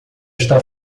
está